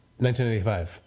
1985